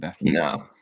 no